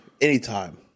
anytime